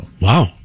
Wow